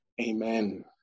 amen